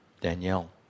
Danielle